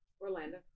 Orlando